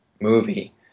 movie